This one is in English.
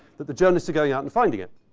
that the journalists are going out and finding it.